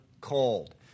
cold